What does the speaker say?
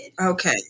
Okay